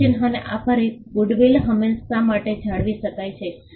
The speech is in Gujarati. તેથી ચિહ્નને આભારી ગુડવિલ હંમેશા માટે જાળવી શકાય છે